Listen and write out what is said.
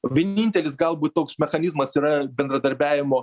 vienintelis galbūt toks mechanizmas yra bendradarbiavimo